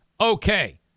Okay